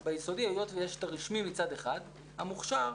ביסודי, היות ויש את הרשמי מצד אחד, המוכש"ר,